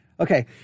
Okay